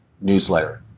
Newsletter